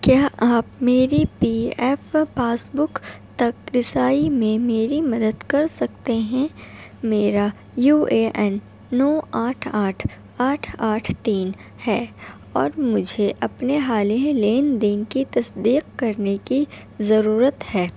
کیا آپ میری پی ایف پاس بک تک رسائی میں میری مدد کر سکتے ہیں میرا یو اے این نو آٹھ آٹھ آٹھ آٹھ تین ہے اور مجھے اپنے حالیہ لین دین کی تصدیق کرنے کی ضرورت ہے